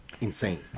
insane